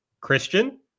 Christian